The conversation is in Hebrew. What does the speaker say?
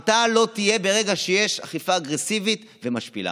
הרתעה לא תהיה ברגע שיש אכיפה אגרסיבית ומשפילה.